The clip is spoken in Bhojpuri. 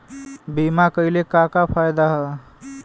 बीमा कइले का का फायदा ह?